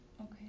okay